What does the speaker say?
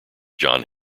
john